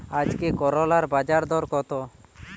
আজকে করলার বাজারদর কত?